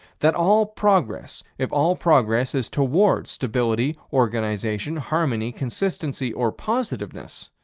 that all progress, if all progress is toward stability, organization, harmony, consistency, or positiveness,